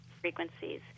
frequencies